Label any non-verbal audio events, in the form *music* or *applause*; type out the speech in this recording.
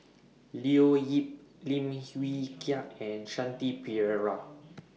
Leo Yip Lim *noise* Wee Kiak and Shanti Pereira